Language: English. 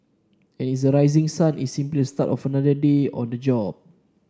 and is the rising sun is simply the start of another day on the job